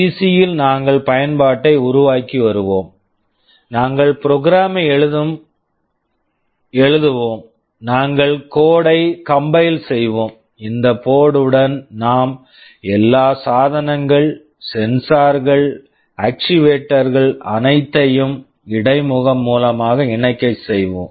PC PC யில் நாங்கள் பயன்பாட்டை உருவாக்கி வருவோம் நாங்கள் ப்ரோக்ராம் program ஐ எழுதுவோம் நாங்கள் கோட் code ஐ கம்பைல் compile செய்வோம் இந்த போர்ட்டு board உடன் நாம் எல்லா சாதனங்கள் சென்சார்ஸ் sensors கள் ஆக்சுவேட்டர்ஸ் actuators கள் அனைத்தையும் இடைமுகம் மூலமாக இணைக்கச் செய்வோம்